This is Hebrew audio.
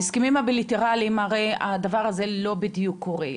ההסכמים הבילטראליים, הרי הדבר הזה לא בדיוק קורה.